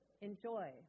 enjoy